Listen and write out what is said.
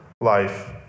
life